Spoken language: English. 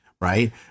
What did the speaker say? right